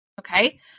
Okay